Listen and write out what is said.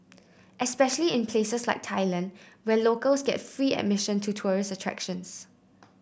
especially in places like Thailand where locals get free admission to tourist attractions